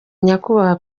nyakubahwa